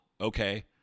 Okay